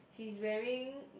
she is wearing